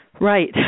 Right